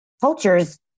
cultures